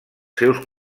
seus